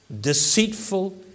deceitful